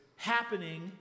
happening